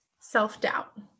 Self-doubt